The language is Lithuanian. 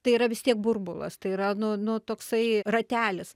tai yra vis tiek burbulas tai yra nu nu toksai ratelis